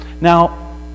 Now